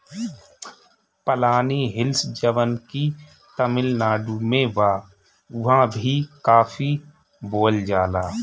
पलानी हिल्स जवन की तमिलनाडु में बा उहाँ भी काफी बोअल जाला